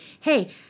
hey